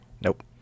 Nope